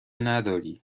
نداری